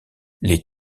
les